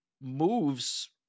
moves